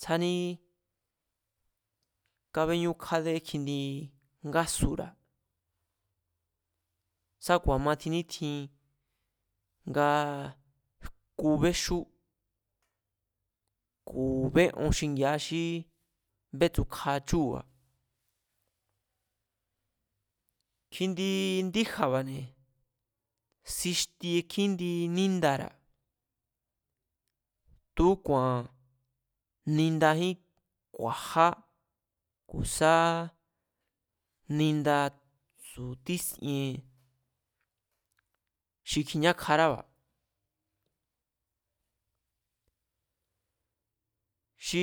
Tsjání kábéñúkjádé kjindi ngásura̱ sá ku̱a̱ma tjin nítjin nga jku béxú ku̱ bé'on xingi̱a̱a xí bétsu̱kja chúu̱ba̱, kjindi ndíja̱ba̱ne̱, xixtie kjíndi níndara̱ tu̱úku̱a̱n nindajín ku̱a̱já, ku̱ sá ninda tsu̱tísien xi kjiñákjarába̱, xi